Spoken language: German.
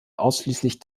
ausschließlich